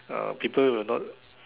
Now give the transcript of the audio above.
uh people will not